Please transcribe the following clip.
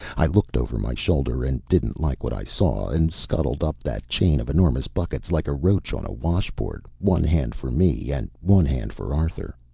i looked over my shoulder, and didn't like what i saw, and scuttled up that chain of enormous buckets like a roach on a washboard, one hand for me and one hand for arthur.